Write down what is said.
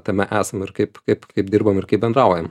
tame esam ir kaip kaip kaip dirbam ir kaip bendraujam